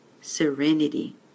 serenity